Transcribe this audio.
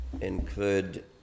include